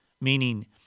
Meaning